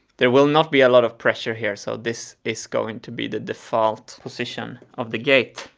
there will not be a lot of pressure here, so this is going to be the default position of the gate.